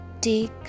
take